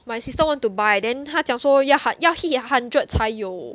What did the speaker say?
my sister want to buy then 她讲说要 hit hundred 才有